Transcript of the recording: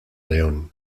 león